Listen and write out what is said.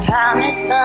promise